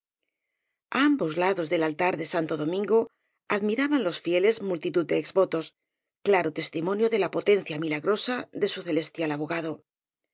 ambos lados del altar de santo domingo ad miraban los fieles multitud de exvotos claro testi monio de la potencia milagrosa de su celestial